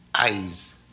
eyes